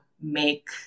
make